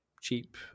cheap